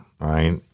right